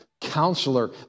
Counselor